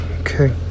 Okay